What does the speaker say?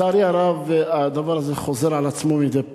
לצערי הרב, הדבר הזה חוזר על עצמו מדי פעם.